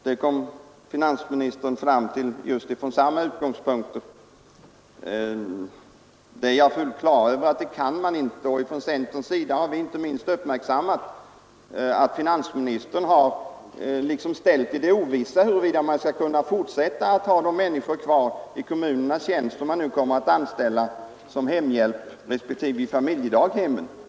Det kom finansministern fram till från samma felaktiga utgångspunkter. Jag är fullt på det klara med att man inte utan vidare kan anställa och avskeda folk inom kommunerna, och från centerns sida har vi ju påtalat det förhållandet i samband med att finansministern har ställt i det ovissa frågan om fortsatt statsbidrag till kommunal anställning för social hemhjälp respektive i familjedaghem.